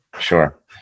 Sure